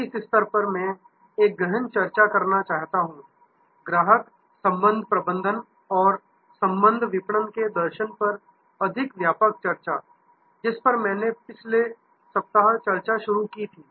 इस स्तर पर मैं एक गहन चर्चा करना चाहता हूं ग्राहक संबंध प्रबंधन और संबंध विपणन के दर्शन पर अधिक व्यापक चर्चा जिस पर मैंने पिछले सप्ताह चर्चा शुरू की थी